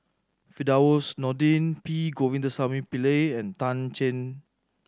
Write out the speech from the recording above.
Firdaus Nordin P Govindasamy Pillai and Tan Cheng Bock